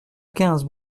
quinze